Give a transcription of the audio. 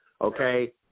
okay